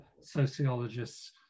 sociologists